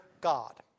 God